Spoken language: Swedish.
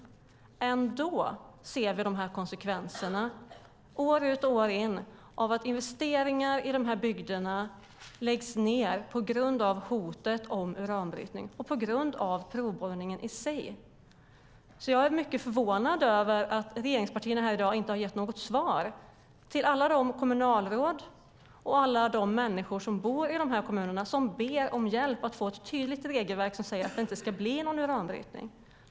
Ändå ser vi dessa konsekvenser, år ut och år in: Investeringar i dessa bygder läggs ned på grund av hotet om uranbrytning och på grund av provborrningen i sig. Jag är mycket förvånad över att regeringspartierna i dag inte har gett något svar till alla de kommunalråd och alla de människor som bor i dessa kommuner, som ber om hjälp med att få ett tydligt regelverk som säger att det inte ska bli någon uranbrytning.